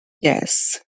Yes